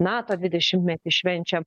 nato dvidešimtmetį švenčiam